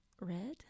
Red